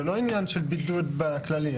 זה לא עניין של בידוד בכללי.